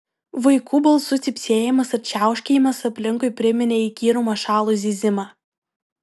vaikų balsų cypsėjimas ir čiauškėjimas aplinkui priminė įkyrų mašalų zyzimą